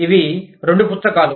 ఇవి రెండు పుస్తకాలు